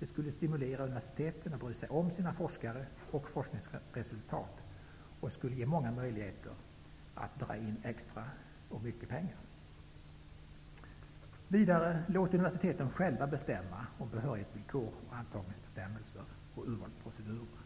Det skulle stimulera universiteten att bry sig om sina forskare och forskningsresultat samt ge många möjligheter att dra in mycket pengar. Vidare bör man låta universiteten själva bestämma om behörighetsvillkor, antagningsbestämmelser och urvalsprocedurer.